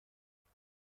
تونم